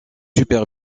super